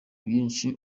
byinshi